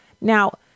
Now